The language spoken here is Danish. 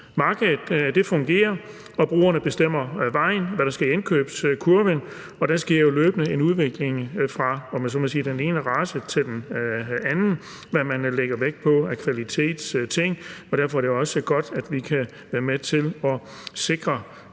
Markedet fungerer, og forbrugerne bestemmer vejen, og hvad der skal i indkøbskurven. Der sker jo løbende en udvikling fra, om jeg så må sige, den ene race til den anden, og hvad man lægger vægt på af kvalitetsting. Derfor er det også godt, at vi kan være med til at sikre